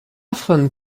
von